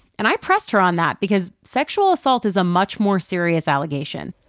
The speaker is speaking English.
and i pressed her on that. because sexual assault is a much more serious allegation.